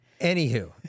Anywho